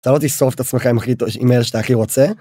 אתה לא תשרוף את עצמך עם אלה שאתה הכי רוצה